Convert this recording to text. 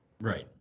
Right